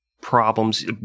problems